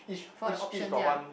for the options ya